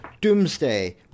Doomsday